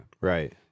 right